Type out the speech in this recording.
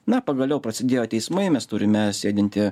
na pagaliau prasidėjo teismai mes turime sėdintį